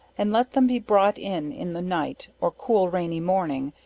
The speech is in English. and let them be brought in in the night, or cool rainy morning,